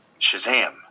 Shazam